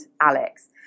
Alex